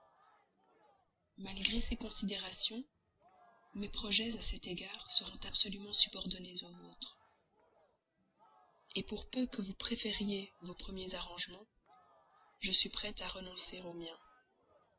malgré ces considérations puissantes mes projets à cet égard seront absolument subordonnés aux vôtres pour peu que vous préfériez vos premiers arrangements je suis prêt à renoncer aux miens